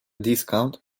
discount